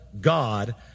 God